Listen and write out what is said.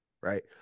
right